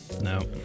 No